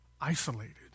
isolated